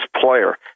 player